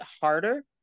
harder